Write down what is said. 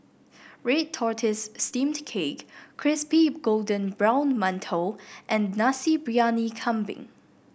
ready tortoise steamed cake Crispy Golden Brown Mantou and Nasi Briyani Kambing